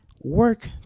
work